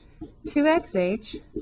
2xh